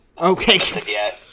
Okay